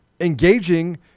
engaging